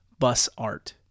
busart